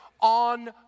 On